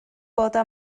gwybod